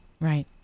right